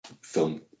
film